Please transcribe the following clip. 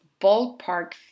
ballpark